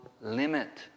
limit